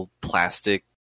plastic